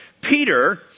Peter